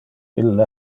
ille